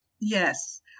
Yes